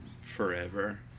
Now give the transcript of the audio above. forever